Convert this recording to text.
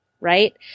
right